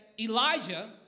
Elijah